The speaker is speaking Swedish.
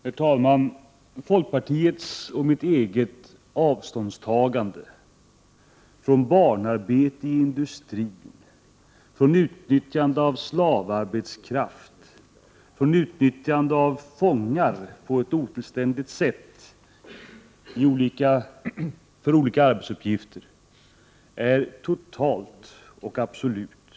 Herr talman! Folkpartiets och mitt eget avståndstagande från barnarbete i industrin, från utnyttjande av slavarbetskraft och från utnyttjande av fångar på ett otillständigt sätt för olika arbetsuppgifter är totalt och absolut.